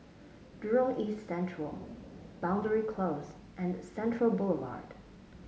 Jurong East Central Boundary Close and Central Boulevard